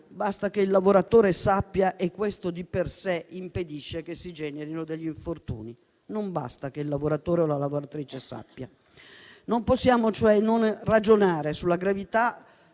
basta che il lavoratore sappia e questo di per sé impedisce che si generino infortuni. Non basta che il lavoratore o la lavoratrice sappiano. Non possiamo cioè non ragionare sulla gravità